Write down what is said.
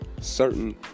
certain